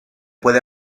puede